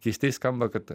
keistai skamba kad